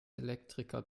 elektriker